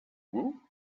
woot